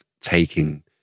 taking